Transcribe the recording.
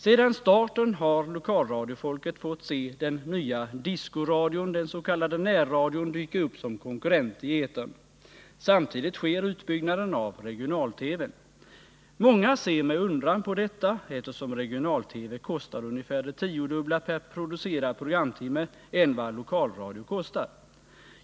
Sedan starten har lokalradiofolket fått se den nya discoradion, den så kallade närradion, dyka upp som konkurrent i etern. Samtidigt sker utbyggnaden av regional-TV:n. Många ser med undran på detta, eftersom regional-TV i jämförelse med lokalradio kostar ungefär det tiodubbla per producerad programtimme.